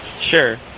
Sure